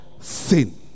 sin